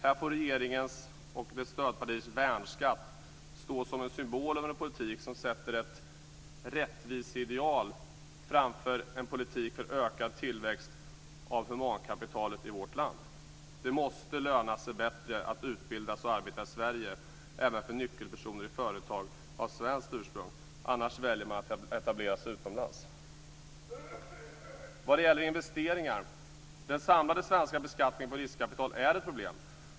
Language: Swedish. Här får regeringens och dess stödpartiers värnskatt stå som en symbol för en politik som sätter ett rättviseideal framför en politik för ökad tillväxt av humankapitalet i vårt land. Det måste löna sig bättre att utbilda sig och arbeta i Sverige även för nyckelpersoner i företag av svenskt ursprung. Annars väljer man att etablera sig utomlands. Vad gäller investeringar är den samlade svenska beskattningen på riskkapital ett problem.